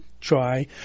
try